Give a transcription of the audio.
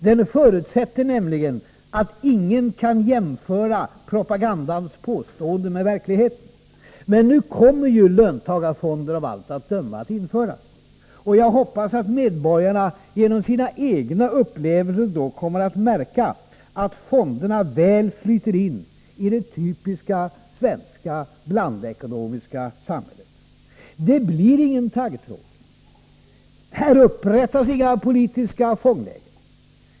Den förutsätter nämligen att ingen kan jämföra propagandans påståenden med verkligheten. Men nu kommer löntagarfonderna av allt att döma att införas. Jag hoppas att medborgarna genom sina egna upplevelser då kommer att märka att fonderna väl flyter in i det typiskt svenska blandekonomiska samhället. Det blir ingen taggtråd. Här upprättas inga politiska fångläger.